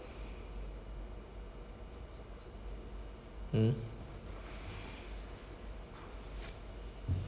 mm